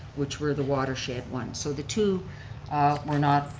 which were the watershed one, so the two were not,